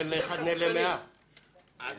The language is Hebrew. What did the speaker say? אני